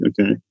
okay